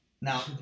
Now